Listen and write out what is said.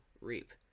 reap